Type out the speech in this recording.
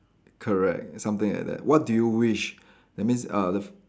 correct something like that what do you wish that means uh the f~